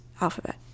alphabet